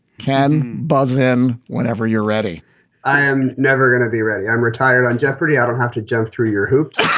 can buzzin whenever you're ready i am never going to be ready. i'm retired on jeopardy! i don't have to jump through your hoops